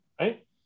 right